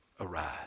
arise